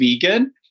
vegan